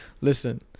listen